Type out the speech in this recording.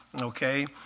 okay